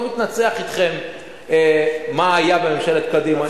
לא מתנצח אתכם מה היה בממשלת קדימה.